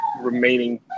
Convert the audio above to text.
remaining